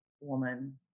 woman